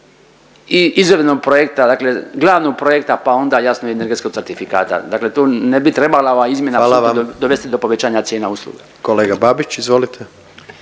i izvedbenog projekta dakle glavnog projekta pa onda jasno i energetskog certifikata. Dakle, tu ne bi trebala ova izmjena … …/Upadica predsjednik: Hvala